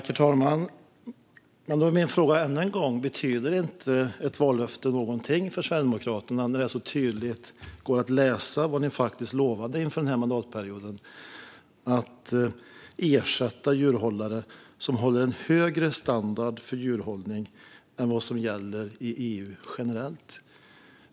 Herr talman! Betyder inte ett vallöfte något för Sverigedemokraterna? Man kan ju tydligt läsa vad ni lovade inför denna mandatperiod: att ersätta djurhållare som håller en högre standard för djurhållning än vad som gäller i EU generellt.